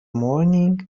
morning